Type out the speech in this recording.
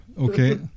okay